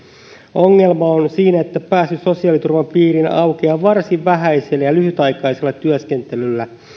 ongelma on siinä että pääsy sosiaaliturvan piiriin aukeaa varsin vähäisellä ja lyhytaikaisella työskentelyllä